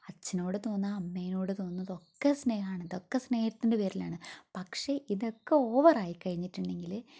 അച്ഛനോട് തോന്നാം അമ്മേനോട് തോന്നുന്നതൊക്കെ സ്നേഹമാണ് ഇതൊക്കെ സ്നേഹത്തിൻ്റെ പേരിലാണ് പക്ഷെ ഇതൊക്കെ ഓവറായി കഴിഞ്ഞിട്ടുണ്ടെങ്കിൽ